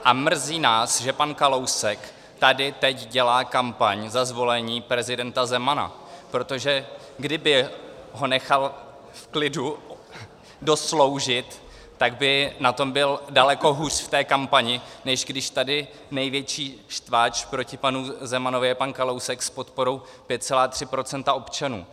A mrzí nás, že pan Kalousek tady teď dělá kampaň za zvolení prezidenta Zemana, protože kdyby ho nechal v klidu dosloužit, tak by na tom byl daleko hůř v té kampani, než když tady největší štváč proti panu Zemanovi je pan Kalousek s podporou 5,3 % občanů.